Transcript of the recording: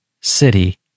City